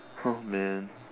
oh man